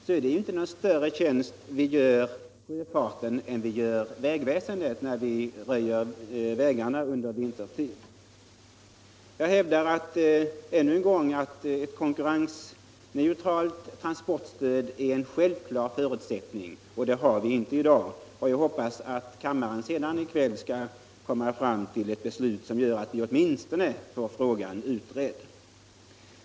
Det är inte någon större tjänst vi där gör sjöfarten än den vi gör vägväsendet när vi röjer vägarna vintertid. Jag vidhåller att ett konkurrensneutralt transportstöd är en självklar förutsättning, och det har vi inte i dag. Jag hoppas att kammaren i kväll skall fatta ett beslut om att vi åtminstone får frågan utredd.